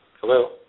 Hello